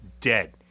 dead